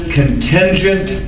contingent